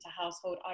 household